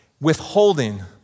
withholding